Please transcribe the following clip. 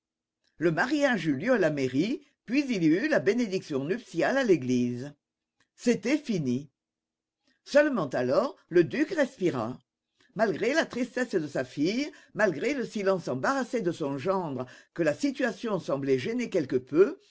le mariage eut lieu à la mairie puis il y eut la bénédiction nuptiale à l'église c'était fini seulement alors le duc respira malgré la tristesse de sa fille malgré le silence embarrassé de son gendre que la situation semblait gêner quelque peu